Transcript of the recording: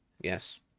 Yes